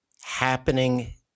happening